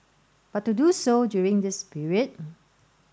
but to do so during this period